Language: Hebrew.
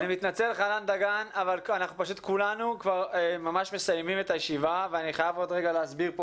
אני מתנצל בפני חנן דגן אבל אנחנו ממש מסיימים את